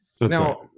Now